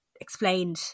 explained